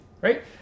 right